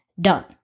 done